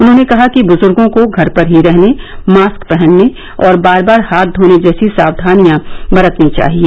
उन्होंने कहा कि बुज्गों को घर पर ही रहने मॉस्क पहनने और बार बार हाथ धोने जैसी सावधानियां बरतनी चाहिए